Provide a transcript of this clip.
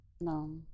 No